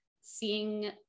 seeing